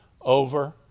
over